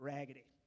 Raggedy